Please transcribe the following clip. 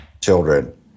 children